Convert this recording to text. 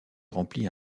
remplit